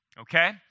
Okay